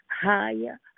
higher